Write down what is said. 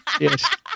Yes